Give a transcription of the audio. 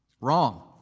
wrong